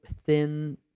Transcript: thin